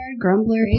Grumbler